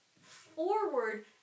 forward